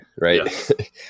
right